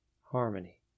Harmony